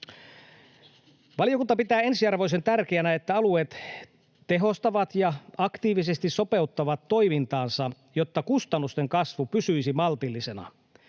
Valiokunta pitää ensiarvoisen tärkeänä, että alueet tehostavat ja aktiivisesti sopeuttavat toimintaansa, jotta kustannusten kasvu pysyisi maltillisena.